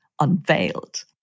unveiled